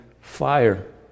fire